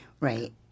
Right